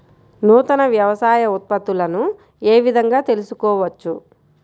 నూతన వ్యవసాయ ఉత్పత్తులను ఏ విధంగా తెలుసుకోవచ్చు?